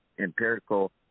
empirical